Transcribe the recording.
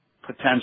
potential